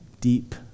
deep